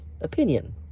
opinion